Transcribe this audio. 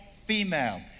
female